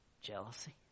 Jealousy